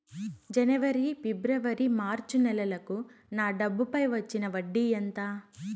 జనవరి, ఫిబ్రవరి, మార్చ్ నెలలకు నా డబ్బుపై వచ్చిన వడ్డీ ఎంత